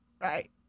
Right